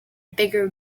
bigger